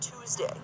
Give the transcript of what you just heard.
Tuesday